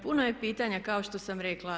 Puno je pitanja kao što sam rekla.